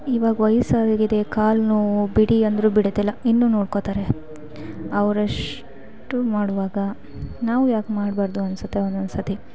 ಇವಾಗ ವಯಸ್ಸಾಗಿದೆ ಕಾಲು ನೋವು ಬಿಡಿ ಅಂದ್ರೂ ಬಿಡುತ್ತಿಲ್ಲ ಇನ್ನು ನೋಡ್ಕೊತಾರೆ ಅವ್ರಷ್ಟು ಮಾಡುವಾಗ ನಾವು ಯಾಕೆ ಮಾಡಬಾರ್ದು ಅನಿಸುತ್ತೆ ಒಂದೊಂದ್ಸತಿ